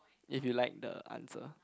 if you like the answer